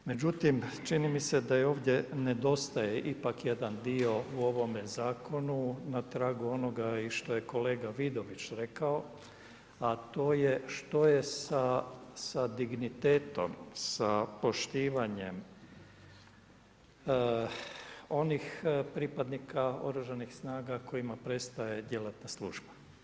Međutim, čini mi se da ovdje nedostaje ipak jedan dio u ovome zakonu na tragu onoga i što je kolega Vidović rekao, a to je što je sa dignitetom, sa poštivanjem onih pripadnika Oružanih snaga kojima prestaje djelatna služba?